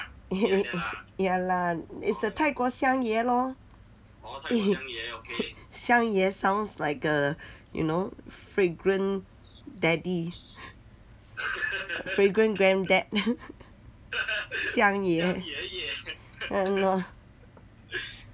ya lah is the 泰国香野 lor 香野 sounds like a you know fragrant daddy fragrant grand dad 香爷 !hannor!